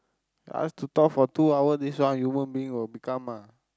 I ask to talk for two hours this one human being will become ah